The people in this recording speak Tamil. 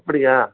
அப்படியா